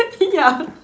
ya